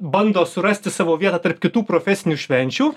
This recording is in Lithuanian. bando surasti savo vietą tarp kitų profesinių švenčių